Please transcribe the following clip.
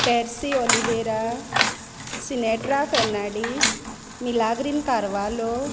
Percy Oliveira Sinatra Fernandes Milagrine Carvalho